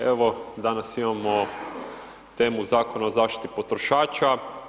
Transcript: Evo, danas imamo temu Zakon o zaštiti potrošača.